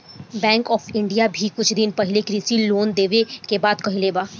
bank of India भी कुछ दिन पाहिले कृषि लोन देवे के बात कहले बा